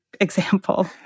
example